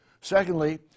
Secondly